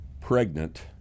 pregnant